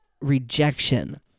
rejection